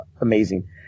amazing